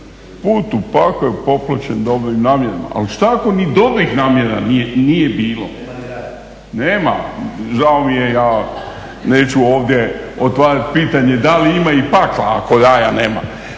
put u pakao je popločen dobrim namjerama. Ali što ako ni dobrih namjera nije bilo? …/Upadica se ne čuje./… Nema, žao mi je ja neću ovdje otvarati pitanje da li ima i pakla ako raja nema.